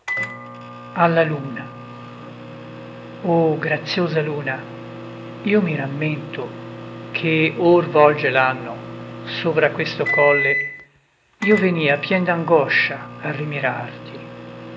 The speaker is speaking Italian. core o graziosa luna io mi rammento che or volge l'anno sovra questo colle io venia pien d'angoscia a rimirarti